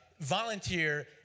volunteer